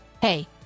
Hey